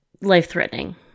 life-threatening